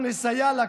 אנחנו נסייע לקשישים,